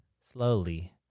slowly